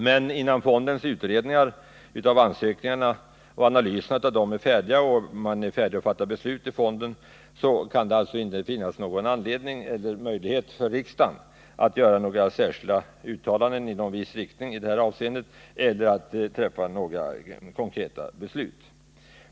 Men innan fondens utredningar av ansökningarna och analyserna av dem är färdiga och fonden är klar att fatta beslut, kan det alltså inte finnas någon anledning eller möjlighet för riksdagen att göra några särskilda uttalanden i någon viss riktning eller att fatta några konkreta beslut.